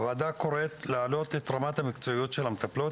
הוועדה קוראת להעלות את רמת המקצועיות של המטפלות